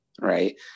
right